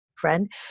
friend